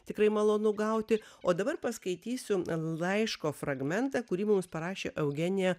tikrai malonu gauti o dabar paskaitysiu laiško fragmentą kurį mums parašė eugenija